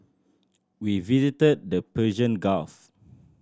we visited the Persian Gulf